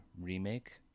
remake